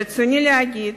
ברצוני להגיד